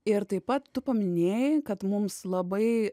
ir taip pat tu paminėjai kad mums labai